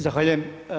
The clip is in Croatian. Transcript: Zahvaljujem.